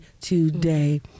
today